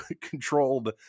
controlled